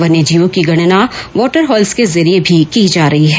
वन्यजीवों की गणना वॉटर होल्स के जरिए की जा रही है